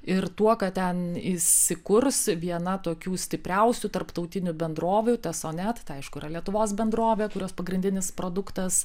ir tuo kad ten įsikurs viena tokių stipriausių tarptautinių bendrovių teso net tai aišku yra lietuvos bendrovė kurios pagrindinis produktas